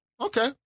okay